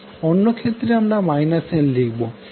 অন্য ক্ষেত্রে আমরা n লিখবো